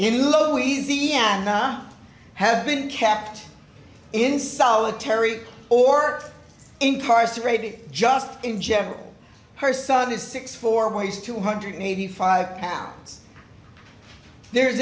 in louisiana have been kept in solitary or incarcerated just in general her son is sixty four weighs two hundred and eighty five pounds there's